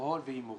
אלכוהול והימורים.